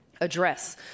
address